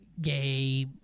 gay